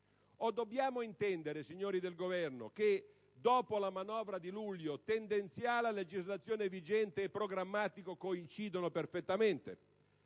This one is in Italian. O dobbiamo intendere, signori del Governo, che, dopo la manovra di luglio, tendenziale a legislazione vigente e programmatico coincidano perfettamente?